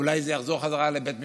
אולי זה יחזור לבית משפט,